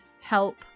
help